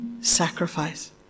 sacrifice